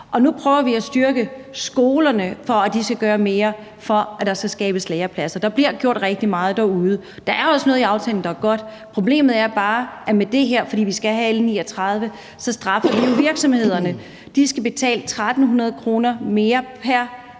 og nu prøver vi at styrke skolerne, for at de skal gøre mere for, at der skal skabes lærepladser. Der bliver gjort rigtig meget derude. Der er også noget i aftalen, der er godt. Problemet er bare, at vi med det her straffer virksomhederne. De skal betale 1.300 kr. mere pr.